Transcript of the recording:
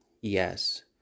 Yes